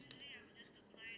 this one